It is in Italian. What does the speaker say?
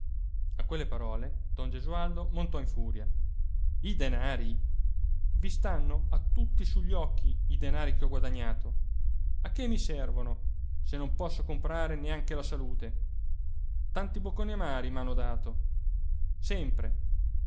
a quelle parole don gesualdo montò in furia i stanno a tutti sugli occhi i denari che ho guadagnato a che mi servono se non posso comprare neanche la salute tanti bocconi amari m'hanno dato sempre